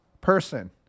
person